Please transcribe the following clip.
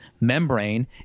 membrane